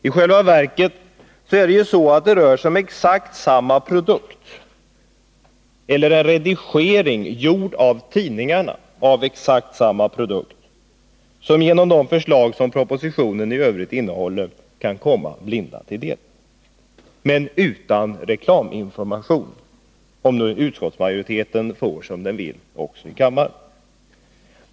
I själva verket rör det sig om exakt samma produkt — eller en redigering, gjord av tidningarna, av exakt samma produkt — som genom de förslag som propositionen i övrigt innehåller kan komma blinda till del. Men produkten blir utan reklaminformation om nu utskottsmajoriteten får som den vill också i kammaren.